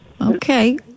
Okay